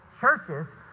churches